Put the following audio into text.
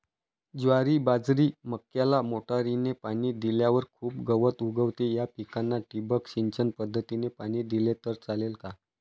ज्वारी, बाजरी, मक्याला मोटरीने पाणी दिल्यावर खूप गवत उगवते, या पिकांना ठिबक सिंचन पद्धतीने पाणी दिले तर चालेल का?